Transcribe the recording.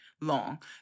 long